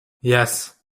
yes